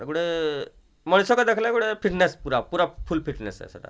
ଗୋଟେ ମଣିଷକୁ ଦେଖିଲେ ଗୋଟେ ଫିଟ୍ନେସ୍ ପୁରା ପୁରା ଫୁଲ୍ ଫିଟ୍ନେସ୍ ଆସେ ସେଇଟା